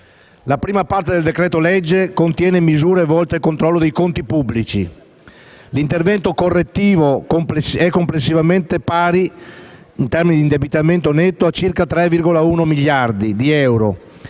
La prima parte del decreto-legge in esame contiene le misure volte al controllo dei conti pubblici. L'intervento correttivo è complessivamente pari, in termini di indebitamento netto, a circa 3,1 miliardi di euro